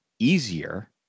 easier